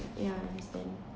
yeah understand